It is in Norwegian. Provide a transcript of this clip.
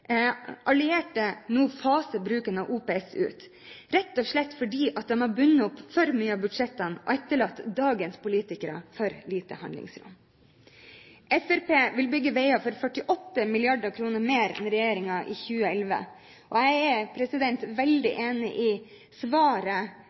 allierte nå faser ut bruken av OPS, rett og slett fordi de har bundet opp for mye av budsjettene og etterlatt seg for lite handlingsrom for dagens politikere. Fremskrittspartiet vil bygge veier for 48 mrd. kr mer enn regjeringen i 2011. Jeg er veldig